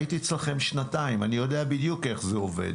הייתי אצלכם שנתיים, אני יודע בדיוק איך זה עובד.